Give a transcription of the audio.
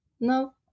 No